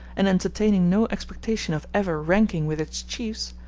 and entertaining no expectation of ever ranking with its chiefs,